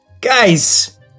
guys